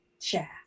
share